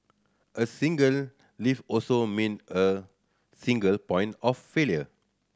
a single lift also mean a single point of failure